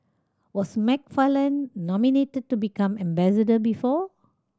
was McFarland nominated to become ambassador before